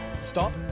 Stop